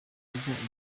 igifaransa